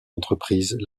entreprises